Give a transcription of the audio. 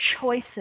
choices